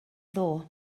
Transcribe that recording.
ddoe